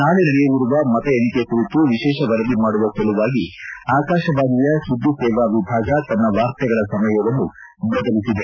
ನಾಳೆ ನಡೆಯಲಿರುವ ಮತ ಎಣಿಕೆ ಕುರಿತು ವಿಶೇಷ ವರದಿ ಮಾಡುವ ಸಲುವಾಗಿ ಆಕಾಶವಾಣಿಯ ಸುದ್ದಿ ಸೇವಾ ವಿಭಾಗ ತನ್ನ ವಾರ್ತೆಗಳ ಸಮಯವನ್ನು ಬದಲಿಸಿದೆ